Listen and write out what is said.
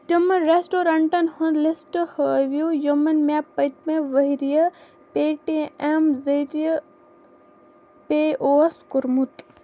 تِمَن رٮ۪سٹورنٛٹَن ہُنٛد لسٹہٕ ہاوٕو یِمَن مےٚ پٔتمہِ ؤرۍ یہِ پے ٹی ایٚم ذٔریعہٕ پے اوس کوٚرمُت